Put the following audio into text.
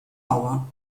mauer